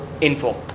info